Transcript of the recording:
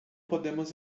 podemos